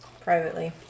privately